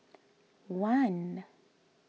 one